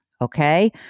okay